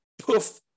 poof